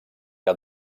que